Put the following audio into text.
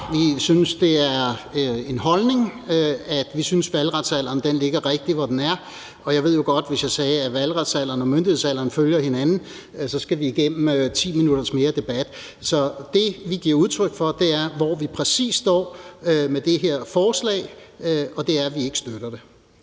Vi synes, det er en holdning, at vi synes, at valgretsalderen ligger rigtigt, hvor den gør. Og jeg ved jo godt, at hvis jeg sagde, at valgretsalderen og myndighedsalderen følger hinanden, så skulle vi igennem 10 minutters debat mere. Så det, vi giver udtryk for, er, hvor vi præcis står i forhold det her forslag, og det er, at vi ikke støtter det.